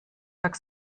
tak